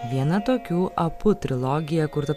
viena tokių apu trilogija kurta